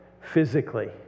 physically